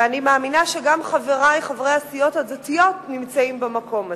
ואני מאמינה שגם חברי חברי הסיעות הדתיות נמצאים במקום הזה.